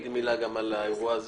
תגידי לי מילה גם על האירוע הזה,